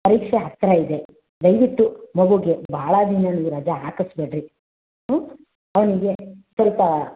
ಪರೀಕ್ಷೆ ಹತ್ತಿರ ಇದೆ ದಯವಿಟ್ಟು ಮಗೂಗೆ ಭಾಳ ದಿನ ನೀವು ರಜ ಹಾಕಿಸ್ಬೇಡಿರಿ ಹ್ಞೂ ಅವನಿಗೆ ಸ್ವಲ್ಪಾ